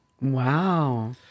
Wow